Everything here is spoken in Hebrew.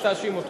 אז תאשים אותו